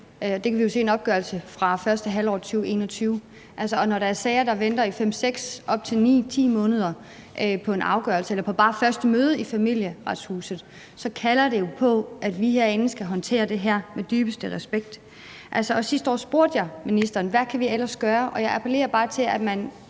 Det kan vi jo se af en opgørelse fra første halvår 2021. Og når der er sager, der venter i 5-6, ja i op til 9-10 måneder på en afgørelse eller bare på det første møde i Familieretshuset, så kalder det jo på, at vi herinde skal håndtere det her med dybeste respekt. Sidst år spurgte jeg ministeren: Hvad kan vi ellers gøre? Jeg appellerer bare til, at man